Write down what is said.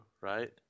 right